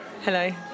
Hello